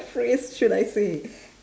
phrase should I say